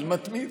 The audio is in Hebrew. אבל מתמיד.